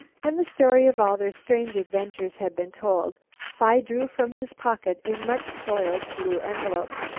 when the story of all their strange adventures had been told phi drew from his pocket a much soiled blue envelope.